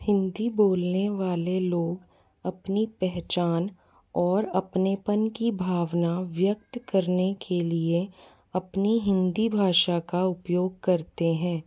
हिंदी बोलने वाले लोग अपनी पहचान और अपनेपन की भावना व्यक्त करने के लिए अपनी हिंदी भाषा का उपयोग करते हैं